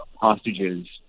hostages